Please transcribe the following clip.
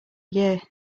year